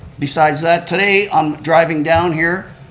besides that, today, um driving down here,